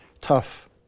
tough